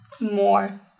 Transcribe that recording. More